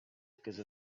because